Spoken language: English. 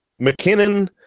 McKinnon